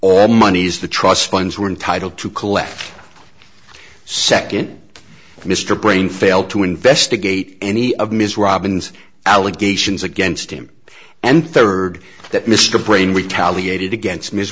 all moneys the trust funds were entitled to collect second mr brain failed to investigate any of ms robbins allegations against him and third that mr brain retaliated against ms